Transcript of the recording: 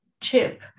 chip